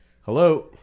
hello